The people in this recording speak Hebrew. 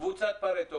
קבוצת פרטו.